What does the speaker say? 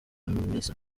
hamisa